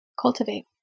cultivate